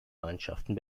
mannschaften